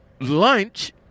lunch